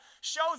shows